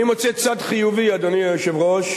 אני מוצא צד חיובי, אדוני היושב-ראש,